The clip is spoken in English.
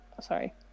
Sorry